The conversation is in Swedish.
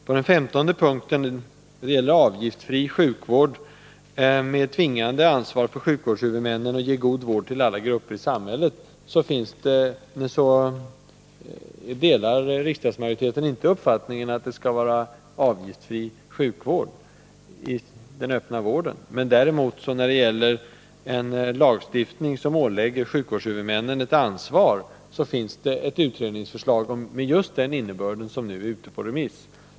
På den femtonde punkten — avgiftsfri sjukvård med tvingande ansvar för sjukvårdshuvudmännen att ge god vård till alla grupper i samhället — delar riksdagsmajoriteten inte uppfattningen att den öppna sjukvården skall vara avgiftsfri. När det däremot gäller en lagstiftning som ålägger sjukvårdshuvudmännen ett ansvar, finns det ett utredningsförslag med just denna innebörd som nu är ute på remiss.